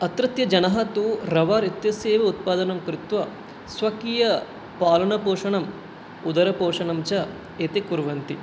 अत्रत्यजनः तु रवर् इत्यस्यैव उत्पादनं कृत्वा स्वकीयपालनपोषणम् उदरपोषणं च एते कुर्वन्ति